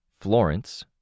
Florence